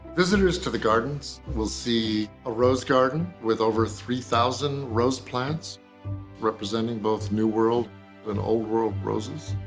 visitors to the gardens will see a rose garden with over three thousand rose plants representing both new world and old world roses.